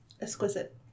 Exquisite